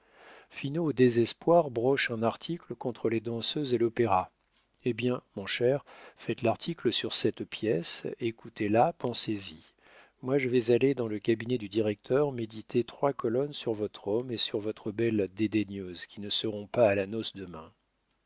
finot au désespoir broche un article contre les danseuses et l'opéra eh bien mon cher faites l'article sur cette pièce écoutez-la pensez-y moi je vais aller dans le cabinet du directeur méditer trois colonnes sur votre homme et sur votre belle dédaigneuse qui ne seront pas à la noce demain